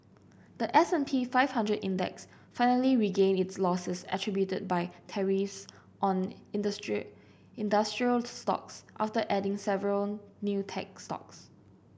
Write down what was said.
the S and P five hundred Index finally regained its losses attributed by tariffs on industrial stocks after adding several new tech stocks